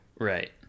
Right